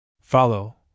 Follow